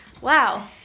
Wow